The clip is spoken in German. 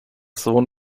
sohn